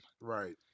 Right